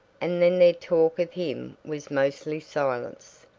and then their talk of him was mostly silence.